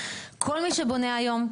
כל מי שבונה היום,